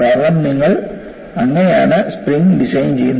കാരണം നിങ്ങൾ അങ്ങനെയാണ് സ്പ്രിംഗ് ഡിസൈൻ ചെയ്യുന്നത്